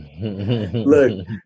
Look